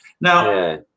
Now